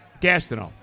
Gaston